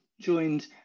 joined